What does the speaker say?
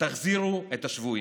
תחזירו את השבויים,